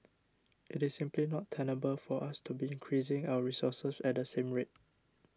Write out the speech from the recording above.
it is simply not tenable for us to be increasing our resources at the same rate